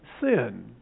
sin